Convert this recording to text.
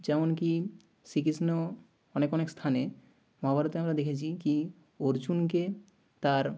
যেমন কি শ্রীকৃষ্ণ অনেক অনেক স্থানে মহাভারতে আমরা দেখেছি কি অর্জুনকে তার